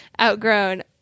Outgrown